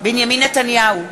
בנימין נתניהו,